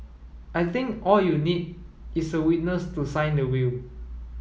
I think all you need is a witness to sign the will